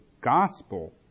gospel